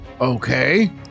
Okay